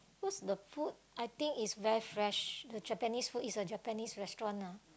cause the food I think is very fresh the Japanese food is a Japanese restaurant ah